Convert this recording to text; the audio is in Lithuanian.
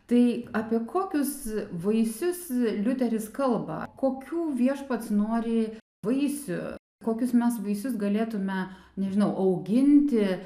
tai apie kokius vaisius liuteris kalba kokių viešpats nori vaisių kokius mes vaisius galėtume nežinau auginti